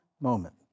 moment